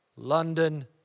London